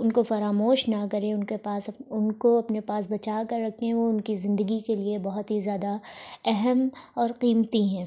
ان کو فراموش نہ کرے ان کے پاس ان کو اپنے پاس بچا کر رکھیں وہ ان کی زندگی کے لیے بہت ہی زیادہ اہم اور قیمتی ہیں